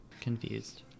Confused